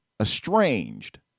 estranged